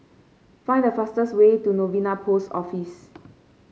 find the fastest way to Novena Post Office